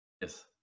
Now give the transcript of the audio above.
Yes